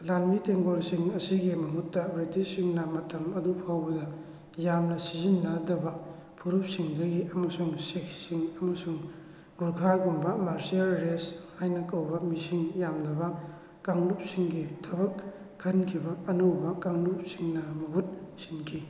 ꯂꯥꯟꯃꯤ ꯇꯦꯡꯒꯣꯜꯁꯤꯡ ꯑꯁꯤꯒꯤ ꯃꯍꯨꯠꯇ ꯕ꯭ꯔꯤꯇꯤꯁꯁꯤꯡꯅ ꯃꯇꯝ ꯑꯗꯨꯐꯥꯎꯕꯗ ꯌꯥꯝꯅ ꯁꯤꯖꯤꯟꯅꯗꯕ ꯐꯨꯔꯨꯞꯁꯤꯡꯗꯒꯤ ꯑꯃꯁꯨꯡ ꯁꯤꯈꯁꯤꯡ ꯑꯃꯁꯨꯡ ꯒꯨꯔꯈꯥꯒꯨꯝꯕ ꯃꯥꯔꯁꯤꯌꯦꯜ ꯔꯦꯁ ꯍꯥꯏꯅ ꯀꯧꯕ ꯃꯤꯁꯤꯡ ꯌꯥꯝꯗꯕ ꯀꯥꯡꯂꯨꯞꯁꯤꯡꯒꯤ ꯊꯕꯛ ꯈꯟꯈꯤꯕ ꯑꯉꯧꯕ ꯀꯥꯡꯂꯨꯞꯁꯤꯡꯅ ꯃꯍꯨꯠ ꯁꯤꯟꯈꯤ